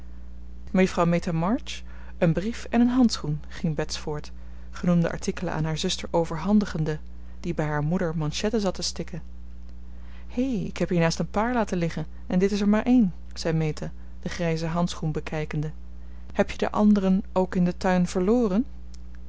mejuffrouw meta march een brief en een handschoen ging bets voort genoemde artikelen aan haar zuster overhandigende die bij haar moeder manchetten zat te stikken hé ik heb hiernaast een paar laten liggen en dit is er maar een zei meta den grijzen handschoen bekijkende heb je den anderen ook in den tuin verloren